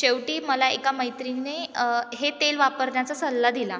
शेवटी मला एका मैत्रिणीने हे तेल वापरण्याचा सल्ला दिला